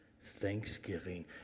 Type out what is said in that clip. thanksgiving